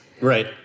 Right